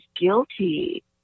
guilty